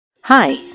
Hi